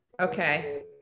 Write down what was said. Okay